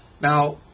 Now